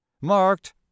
Marked